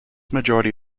majority